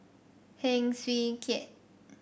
Heng Swee Keat